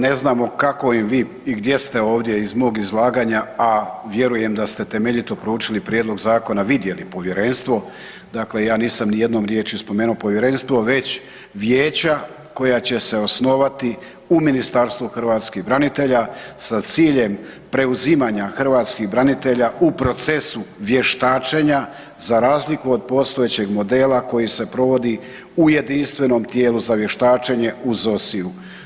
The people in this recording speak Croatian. Ne znam o kakvoj vi i gdje ste ovdje iz mog izlaganja, a vjerujem da ste temeljito proučili prijedlog zakona, vidjeli povjerenstvo, dakle ja nisam ni jednom riječju spomenuo povjerenstvo, već vijeća koja će se osnovati u Ministarstvu hrvatskih branitelja sa ciljem preuzimanja hrvatskih branitelja u procesu vještačenja za razliku od postojećeg modela koji se provodi u jedinstvenom tijelu za vještačenje, u ZOSI-ju.